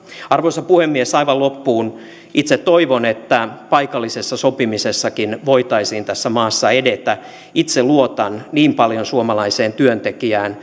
arvoisa puhemies aivan loppuun itse toivon että paikallisessa sopimisessakin voitaisiin tässä maassa edetä itse luotan niin paljon suomalaiseen työntekijään